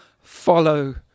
follow